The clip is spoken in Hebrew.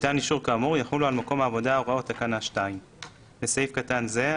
ניתן אישור כאמור יחולו על מקום העבודה הוראות תקנה 2.; בסעיף קטן זה,